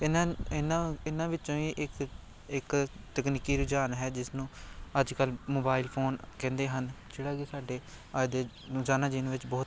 ਇਨਾ ਇਹਨਾਂ ਇਹਨਾਂ ਵਿੱਚੋਂ ਹੀ ਇੱਕ ਇੱਕ ਤਕਨੀਕੀ ਰੁਝਾਨ ਹੈ ਜਿਸਨੂੰ ਅੱਜ ਕੱਲ੍ਹ ਮੋਬਾਈਲ ਫੋਨ ਕਹਿੰਦੇ ਹਨ ਜਿਹੜਾ ਕਿ ਸਾਡੇ ਅੱਜ ਦੇ ਰੋਜ਼ਾਨਾ ਜੀਵਨ ਵਿੱਚ ਬਹੁਤ